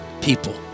people